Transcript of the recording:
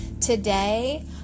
Today